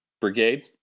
Brigade